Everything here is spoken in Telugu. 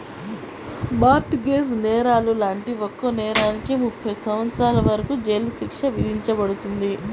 మార్ట్ గేజ్ నేరాలు లాంటి ఒక్కో నేరానికి ముప్పై సంవత్సరాల వరకు జైలు శిక్ష విధించబడుతుంది